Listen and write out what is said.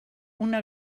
una